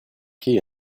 key